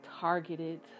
targeted